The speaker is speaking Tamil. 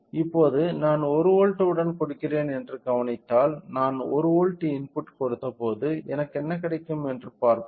இப்போது நான் 1 வோல்ட் உடன் கொடுக்கிறேன் என்று கவனித்தால் நான் 1 வோல்ட் இன்புட் கொடுத்தபோது எனக்கு என்ன கிடைக்கும் என்று பார்ப்போம்